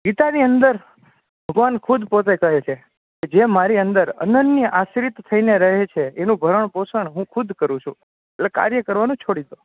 ગીતાની અંદર ભગવાન ખુદ પોતે કહે છે જે મારી અંદર અનંત અનન્ય આશ્રિત થઈને રહે છે એનું ભરણપોષણ હું ખુદ કરું છુ એટલે કાર્ય કરવાનું છોડી દો